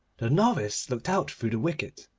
the novice looked out through the wicket,